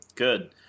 good